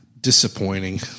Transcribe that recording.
Disappointing